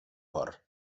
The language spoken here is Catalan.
cor